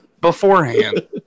beforehand